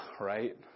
right